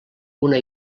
una